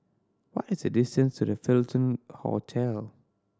what is the distance to The Fullerton Hotel